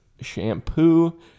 shampoo